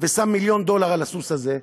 ושם מיליון דולר על הסוס הזה,